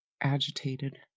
Agitated